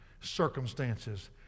circumstances